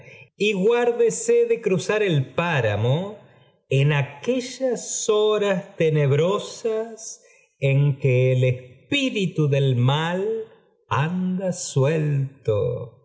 y guárdese de ruzar el páramo en aquellas hora tenebrosas en que el espíritu del mal anda suelto